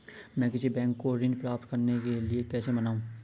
मैं किसी बैंक को ऋण प्राप्त करने के लिए कैसे मनाऊं?